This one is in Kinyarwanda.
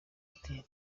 ati